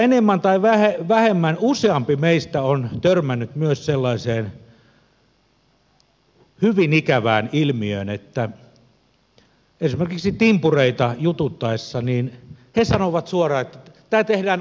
enemmän tai vähemmän useampi meistä on törmännyt myös sellaiseen hyvin ikävään ilmiöön että esimerkiksi timpureita jututettaessa he sanovat suoraan että tämä tehdään aivan väärin